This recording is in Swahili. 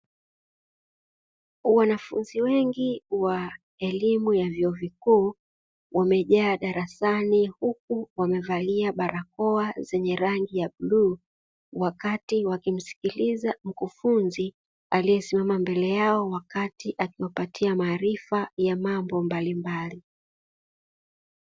Wanafunzi wengi wa elimu ya vyuo vikuu wamejaa darasani, huku wamevalia barakoa zenye rangi ya bluu, wakati wakimsikiliza mkufunzi aliyesimama mbele yao wakati akiwapatia maarifa ya mambo mbalimbali.